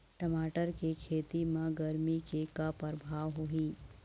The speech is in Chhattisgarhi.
टमाटर के खेती म गरमी के का परभाव होही?